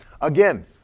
Again